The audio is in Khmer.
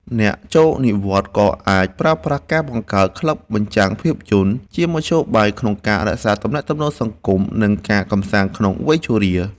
អ្នកចូលនិវត្តន៍ ក៏អាចប្រើប្រាស់ការបង្កើតក្លឹបបញ្ចាំងភាពយន្ត ជាមធ្យោបាយក្នុងការរក្សាទំនាក់ទំនងសង្គម និងការកម្សាន្តក្នុងវ័យជរា។